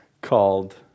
called